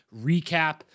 recap